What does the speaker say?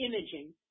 imaging